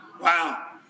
Wow